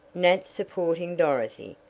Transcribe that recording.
nat supporting dorothy,